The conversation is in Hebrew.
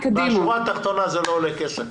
בשורה התחתונה זה לא עולה כסף.